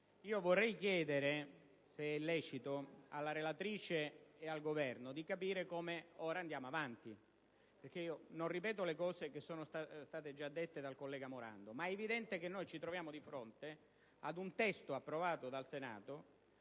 vorrei chiedere, se è lecito, alla relatrice e al Governo di darci un'indicazione su come procedere. Non ripeto le cose che sono state già dette dal senatore Morando, ma è evidente che ci troviamo di fronte ad un testo approvato dal Senato